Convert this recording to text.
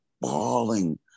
bawling